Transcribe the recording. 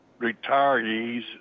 retirees